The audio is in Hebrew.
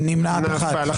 הצבעה לא אושרה נפל.